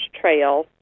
trail